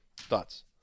Thoughts